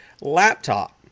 laptop